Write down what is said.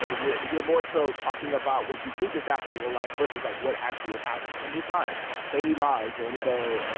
ah you're you're more so talking about what you think is happening in life versus, like, what actually is happening they need lives they need lives. and so.